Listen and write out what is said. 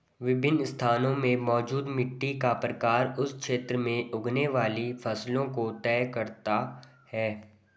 विभिन्न स्थानों में मौजूद मिट्टी का प्रकार उस क्षेत्र में उगने वाली फसलों को तय करता है